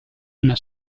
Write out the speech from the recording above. una